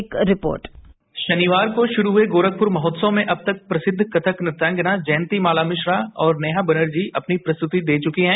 एक रिपोर्ट शनिवार को शुरू हुए गोरखपुर महोत्सव में अब तक प्रसिद्ध कथक नृत्यांगना जयंती माला मिश्रा और नेहा बनर्जी ने अपनी प्रस्तुति दे चुकी हैं